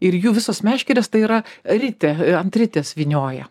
ir jų visos meškerės tai yra ritė ant ritės vynioja